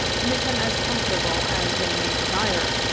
to make them as comfortable as they may desire,